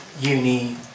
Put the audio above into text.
uni